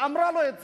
היא אמרה לו את זה,